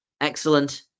excellent